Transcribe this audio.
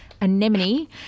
anemone